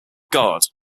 god